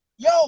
Yo